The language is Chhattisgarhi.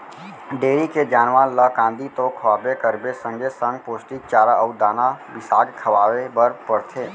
डेयरी के जानवर ल कांदी तो खवाबे करबे संगे संग पोस्टिक चारा अउ दाना बिसाके खवाए बर परथे